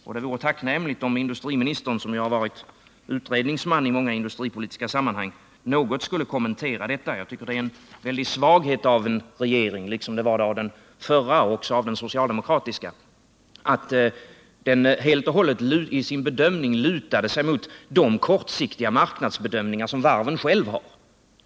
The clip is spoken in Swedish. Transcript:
Det vore därför tacknämligt om industriministern, som ju har varit utredningsman i många industripolitiska sammanhang, något skulle vilja kommentera detta. Jag tycker det var en väldig svaghet av regeringen — liksom det var av den förra regeringen och även av den socialdemokratiska — att den vid sin bedömning helt och hållet lutade sig mot de kortsiktiga marknadsbedömningar som varven själva gör.